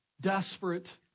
desperate